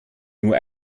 nur